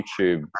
YouTube